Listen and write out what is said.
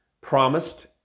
promised